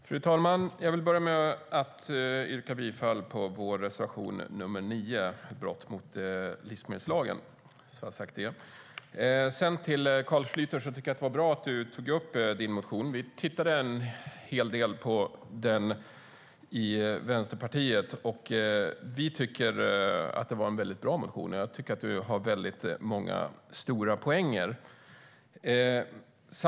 Fru talman! Låt mig börja med att yrka bifall till vår reservation nr 9 om brott mot livsmedelslagen. Det var bra att du tog upp din motion, Carl Schlyter. Vi tittade en hel del på den i Vänsterpartiet, och vi tycker att det är en bra motion. Du har många stora poänger.